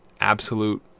absolute